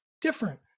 different